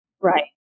Right